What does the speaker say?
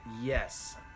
Yes